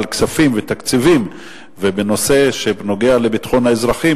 כספים ותקציבים ובנושא שנוגע לביטחון האזרחים,